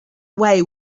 way